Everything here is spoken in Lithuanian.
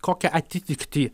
kokią atitiktį